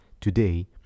today